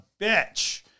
bitch